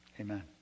Amen